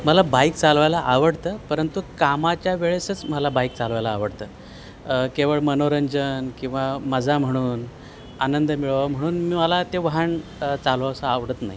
मला बाईक चालवायला आवडतं परंतु कामाच्या वेळेसच मला बाईक चालवायला आवडतं केवळ मनोरंजन किंवा मजा म्हणून आनंद मिळावा म्हणून मी मला ते वाहन चालवावंसं आवडत नाही